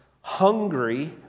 hungry